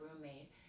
roommate